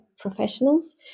professionals